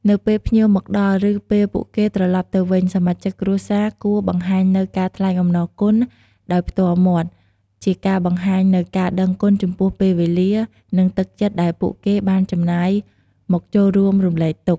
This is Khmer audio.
នៅពេលភ្ញៀវមកដល់ ឬពេលពួកគេត្រឡប់ទៅវិញ សមាជិកគ្រួសារគួរបង្ហាញនូវ ការថ្លែងអំណរគុណ ដោយផ្ទាល់មាត់ ជាការបង្ហាញនូវការដឹងគុណចំពោះពេលវេលា និងទឹកចិត្តដែលពួកគេបានចំណាយមកចូលរួមរំលែកទុក្ខ។